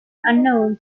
unknown